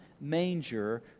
manger